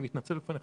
אני מתנצל בפניך,